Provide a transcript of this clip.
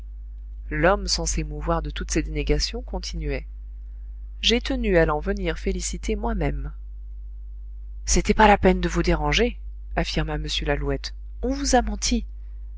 l'homme sans s'émouvoir de toutes ces dénégations continuait j'ai tenu à l'en venir féliciter moi-même c'était pas la peine de vous déranger affirma m lalouette on vous a menti